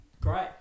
Great